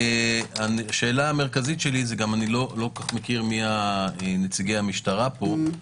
השאלה המרכזית שלי אני לא מכיר מי נציגי המשטרה פה,